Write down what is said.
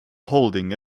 holding